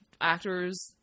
actors